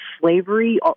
slavery